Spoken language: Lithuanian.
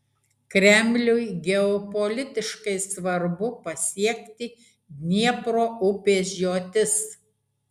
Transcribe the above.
kremliui geopolitiškai svarbu pasiekti dniepro upės žiotis